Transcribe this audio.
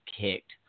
kicked